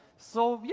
so yeah,